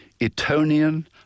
Etonian